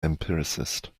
empiricist